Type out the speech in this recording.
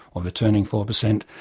or returning four percent,